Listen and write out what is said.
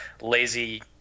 lazy